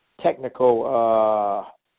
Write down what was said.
technical